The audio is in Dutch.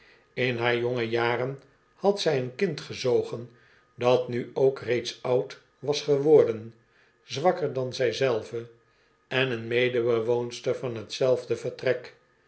in haar jonge jaren had zij een kind gezogen dat nu ook reeds oud was geworden zwakker dan zij zelve en een medebewoonster van hetzelfde vertrek